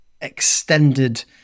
extended